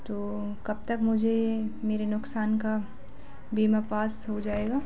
तो कब तक मुझे मेरे नुकसान का बीमा पास हो जाएगा